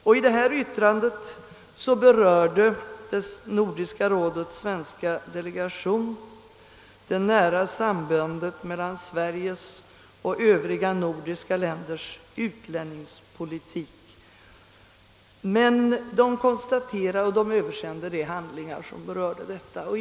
I det nämnda yttrandet berörde Nordiska rådets svenska delegation det nära sambandet mellan Sveriges och övriga nordiska länders utlänningspolitik och översände de handlingar som gällde dessa frågor.